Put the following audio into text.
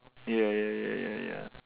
ya ya ya ya ya